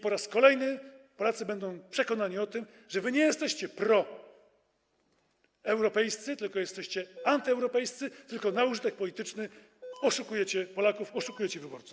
Po raz kolejny Polacy będą przekonani o tym, że nie jesteście proeuropejscy, tylko jesteście antyeuropejscy, tylko na użytek polityczny oszukujecie Polaków, oszukujecie wyborców.